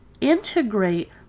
Integrate